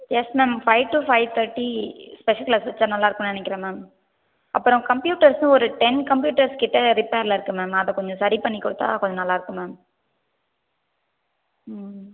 S ma'am five to five thirty special class வைச்சா நல்லா இருக்கும்னு நினைக்கிறேன் மேம் அப்புறம் கம்ப்யூட்டர்ஸும் ஒரு டென் கம்ப்யூட்டர்ஸ் கிட்டே ரிப்பேரில் இருக்குது மேம் அதை கொஞ்சம் சரி பண்ணிக்கொடுத்தா கொஞ்சம் நல்லாயிருக்கும் மேம் ம்